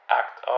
act